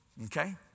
Okay